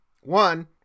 one